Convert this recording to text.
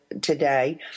today